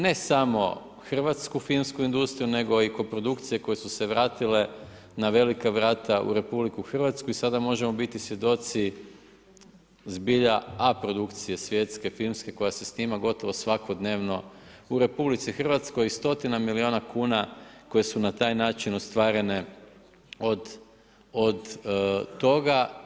Ne samo Hrvatsku Finsku industriju nego i koprodukcije koje su se vratile na velika vrata u RH i ada možemo biti svjedoci zbilja aprodukcije svjetske Finske koja se snima gotovo svakodnevno u RH i 100 milijuna kuna, koje su na taj način ostvarene od toga.